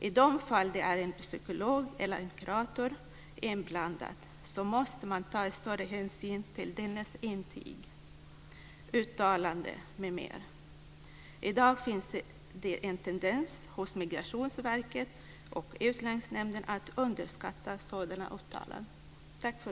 I de fall där en psykolog eller en kurator är inblandad måste man ta större hänsyn till dennes intyg, uttalanden m.m. Det finns i dag en tendens hos Migrationsverket och Utlänningsnämnden att underskatta deras utsagor.